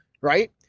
right